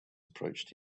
approached